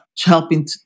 helping